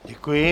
Děkuji.